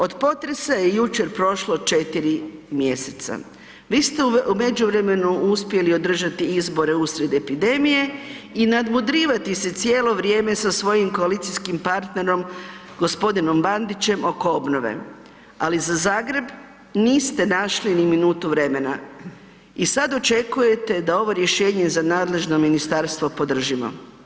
Od potresa je jučer prošlo četiri mjeseca, vi ste u međuvremenu uspjeli održati izbore usred epidemije i nadmudrivati se cijelo vrijeme sa svojim koalicijskim partnerom gospodinom Bandićem oko obnove, ali za Zagreb niste našli ni minutu vremena i sada očekujete da ovo rješenje za nadležno ministarstvo podržimo.